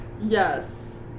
Yes